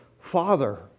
Father